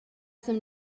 some